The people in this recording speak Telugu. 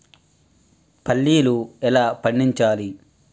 పల్లీలు ఎలా పండించాలి?